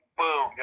boom